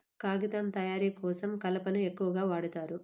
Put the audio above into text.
కాగితం తయారు కోసం కలపను ఎక్కువగా వాడుతారు